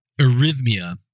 arrhythmia